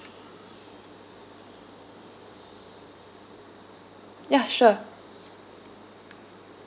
ya sure